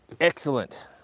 Excellent